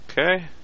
Okay